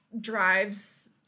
drives